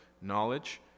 knowledge